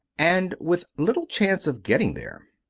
and with little chance of getting there.